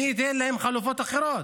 מי ייתן להם חלופות אחרות?